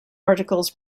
articles